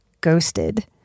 ghosted